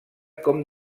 com